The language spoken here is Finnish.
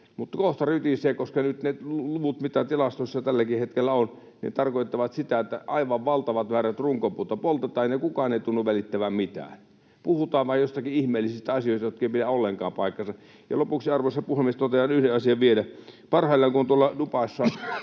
Mutta kohta rytisee, koska nyt ne luvut, mitä tilastossa tälläkin hetkellä on, tarkoittavat sitä, että aivan valtavat määrät runkopuuta poltetaan, ja kukaan ei tunnu välittävän mitään. Puhutaan vain joistakin ihmeellisistä asioista, jotka eivät pidä ollenkaan paikkansa. Lopuksi, arvoisa puhemies, totean yhden asian vielä. Parhaillaan Dubaissa,